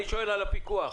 אני שואל על הפיקוח.